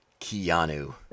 Keanu